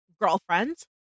girlfriends